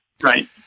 Right